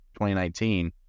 2019